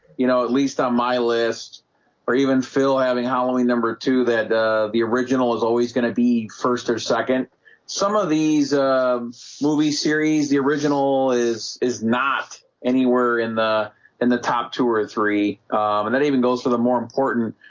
you know at least on my list or even phil having how only number two that the original is always going to be first or second some of these movie series the original is is not anywhere in the in the top two or three and that even goes for the more important